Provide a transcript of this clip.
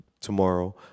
tomorrow